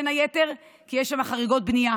בין היתר כי יש שם חריגות בנייה,